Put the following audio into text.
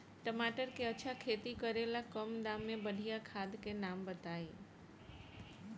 टमाटर के अच्छा खेती करेला कम दाम मे बढ़िया खाद के नाम बताई?